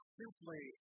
simply